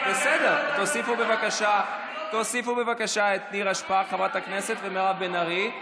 תוסיפו בבקשה את חברות הכנסת נירה שפק ומירב בן ארי.